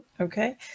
okay